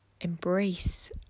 embrace